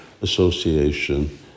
association